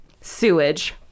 sewage